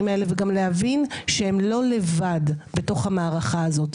האלה וגם להבין שהן לא לבד בתוך המערכה הזאת.